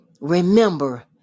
Remember